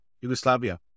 Yugoslavia